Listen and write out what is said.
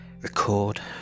record